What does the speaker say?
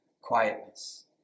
quietness